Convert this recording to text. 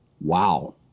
wow